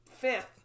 fifth